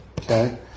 Okay